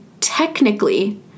technically